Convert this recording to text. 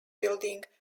building